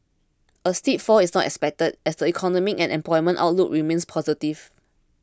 a steep fall is not expected as the economic and employment outlook remains positive